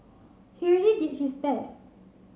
he already did his best